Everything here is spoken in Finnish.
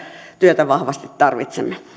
työtä vahvasti tarvitsemme